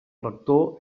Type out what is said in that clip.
rector